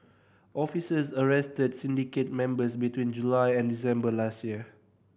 officers arrested syndicate members between July and December last year